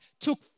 took